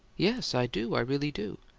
yes, i do. i really do.